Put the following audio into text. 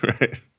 Right